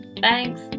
Thanks